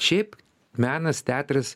šiaip menas teatras